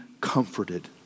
comforted